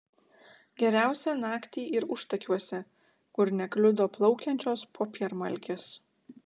geriausia naktį ir užtakiuose kur nekliudo plaukiančios popiermalkės